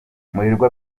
murangwa